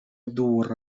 ddŵr